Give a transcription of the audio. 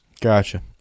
Gotcha